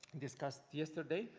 discussed yesterday.